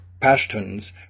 Pashtuns